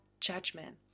Judgment